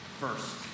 first